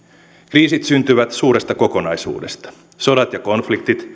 kriisit syntyvät suuresta kokonaisuudesta sodat ja konfliktit